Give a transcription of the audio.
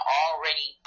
already